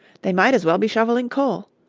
they might as well be shoveling coal.